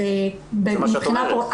זה מה שאת אומרת.